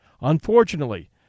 Unfortunately